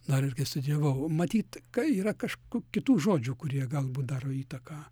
dar ir kai studijavau matyt kai yra kažk kitų žodžių kurie galbūt daro įtaką